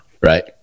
right